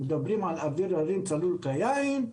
מדברים על אוויר הרים צלול כיין,